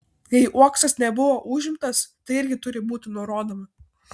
jei uoksas nebuvo užimtas tai irgi turi būti nurodoma